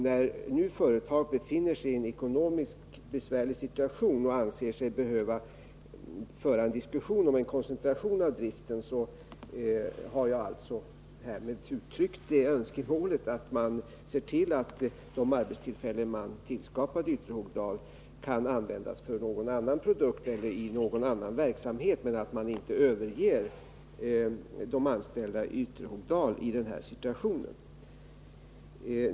När nu företaget befinner sig i en ekonomiskt besvärlig situation och anser sig behöva föra en diskussion om en koncentration av driften, så har jag alltså uttryckt önskemålet att man ser till att de arbetstillfällen man skapade i Ytterhogdal kan användas för någon annan produktion eller i någon annan verksamhet. Man skall inte överge de anställda i Ytterhogdal i den här situationen.